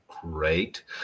great